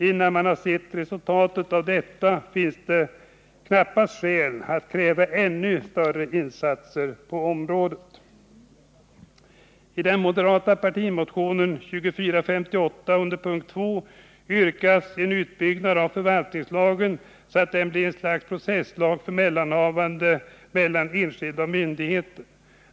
Innan man har sett resultatet av detta finns knappast något skäl att kräva ännu större insatser på området. I den moderata partimotionen 2458 begärs i yrkande 2 att riksdagen hos regeringen hemställer om en utredning angående sådana förändringar i förvaltningslagen att den blir ett slags processlag för mellanhavanden mellan enskilda och myndigheter.